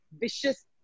vicious